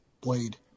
Blade